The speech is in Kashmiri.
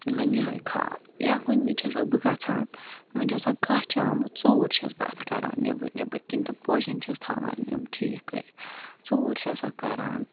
یِمن یِہاے کھاد یا کُنہٕ وِز چھسَکھ بہٕ گَژھان یِمَن چھُ آسان کَچھ آمُت ژور چھس بہٕ کَران نٮ۪بٕر نٮ۪بٕر کِنۍ تہٕ پوشَن چھس تھاوان یِم ٹھیک کٔرِتھ ژور چھسَکھ کَران